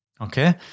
Okay